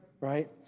right